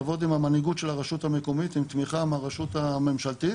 לעבוד עם המנהיגות של הרשות המקומות עם תמיכה מהרשות הממשלתית,